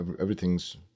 everything's